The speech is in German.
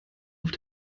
auf